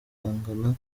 guhangana